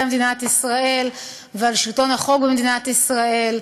מדינת ישראל ועל שלטון החוק במדינת ישראל.